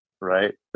right